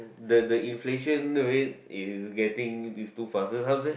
the the inflation rate is getting is too fast how to say